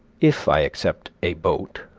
if i except a boat,